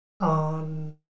on